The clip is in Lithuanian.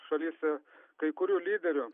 šalyse kai kurių lyderių